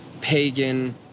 pagan